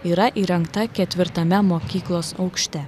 yra įrengta ketvirtame mokyklos aukšte